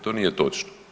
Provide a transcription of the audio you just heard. To nije točno.